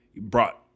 brought